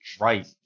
right